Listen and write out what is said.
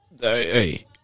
hey